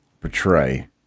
portray